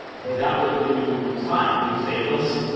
he's out with new slides new sandals.